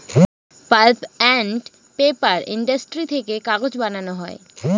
pulp and paper industry থেকে কাগজ বানানো হয়